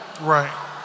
Right